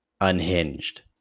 unhinged